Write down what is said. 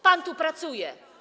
Pan tu pracuje.